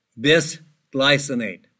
Bis-glycinate